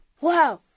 Wow